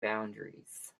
boundaries